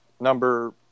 Number